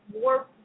more